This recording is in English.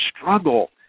struggle